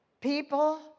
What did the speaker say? people